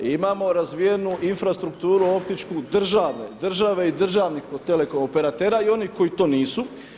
I imao razvijenu infrastrukturu optičku države i državnih telekom operatera i onih koji to nisu.